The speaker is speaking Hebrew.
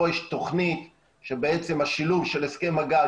פה יש תוכנית שבעצם השילוב של הסכם הגג